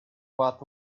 about